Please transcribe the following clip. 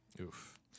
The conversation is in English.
Oof